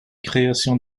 création